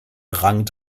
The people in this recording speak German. rang